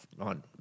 On